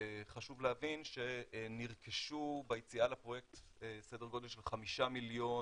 חשוב להבין שנרכשו ביציאה לפרויקט סדר גודל של 5 מיליון,